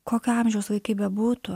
kokio amžiaus vaikai bebūtų